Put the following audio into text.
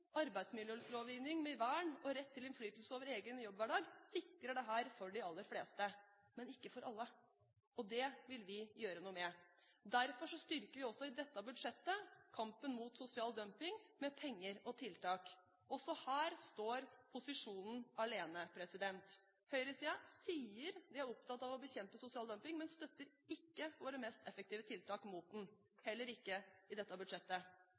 arbeidsmiljølovgivning med vern og rett til innflytelse over egen jobbhverdag sikrer dette for de aller fleste, men ikke for alle. Det vil vi gjøre noe med. Derfor styrker vi også i dette budsjettet kampen mot sosial dumping med penger og tiltak. Også her står posisjonen alene. Høyresiden sier de er opptatt av å bekjempe sosial dumping, men støtter ikke våre mest effektive tiltak mot den – heller ikke i dette budsjettet.